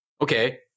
Okay